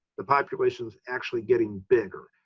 the population is actually getting bigger.